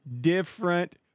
different